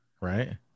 right